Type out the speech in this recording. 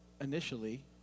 initially